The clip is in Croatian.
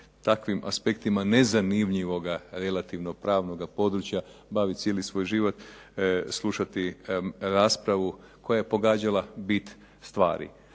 takvim aspektima nezanimljivoga relativnog pravnog područja, bavi cijeli svoj život slušati raspravu koja je pogađala bit stvari.